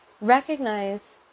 Recognize